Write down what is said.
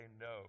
no